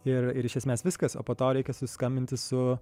ir iš esmės viskas o po to reikia susiskambinti su